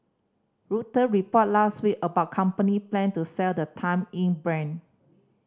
Reuters reported last week about company plan to sell the Time Inc brand